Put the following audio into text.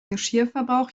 geschirrverbrauch